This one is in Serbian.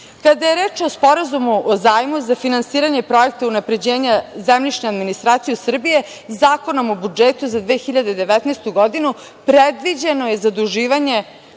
je reč o Sporazumu o zajmu za finansiranje projekta unapređenja zemljišne administracije Srbije, Zakon o budžetu za 2019. godinu predviđeno je zaduživanje